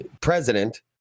president